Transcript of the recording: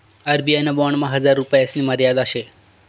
RBI ना बॉन्डमा हजार रुपयासनी मर्यादा शे